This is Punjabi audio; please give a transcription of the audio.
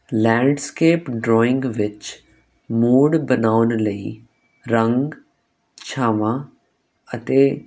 ਲੈਂਡਸਕੇਪ ਡਰਾਇੰਗ ਵਿੱਚ ਮੋਡ ਬਣਾਉਣ ਲਈ ਰੰਗ ਛਾਵਾਂ ਅਤੇ